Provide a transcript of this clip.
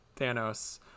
Thanos